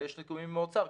יש נתונים מהאוצר,